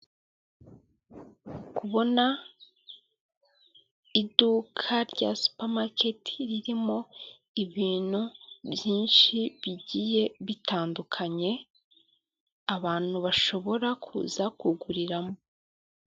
Kubona iduka rya supa maketi ririmo ibintu byinshi bigiye bitandukanye abantu bashobora kuza kuguriramo.